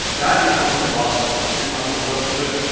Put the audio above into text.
that is not gonna last too much longer because,